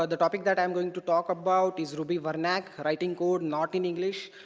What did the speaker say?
ah the topic that i'm going to talk about is ruby vernac writing code, and not in english.